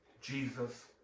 Jesus